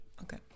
Okay